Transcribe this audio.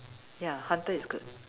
ya hunter is good